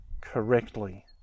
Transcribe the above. correctly